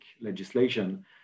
legislation